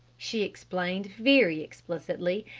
she explained very explicitly,